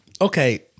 Okay